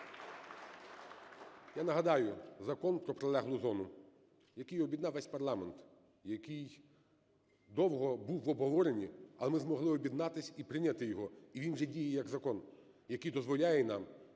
Я нагадаю: Закон про прилеглу зону, який об'єднав весь парламент, який довго був у обговоренні, але ми змогли об'єднатись і прийняти його. І він вже діє як закон, який дозволяє нам